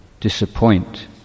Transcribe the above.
disappoint